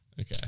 Okay